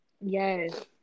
Yes